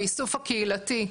האיסוף הקהילתי,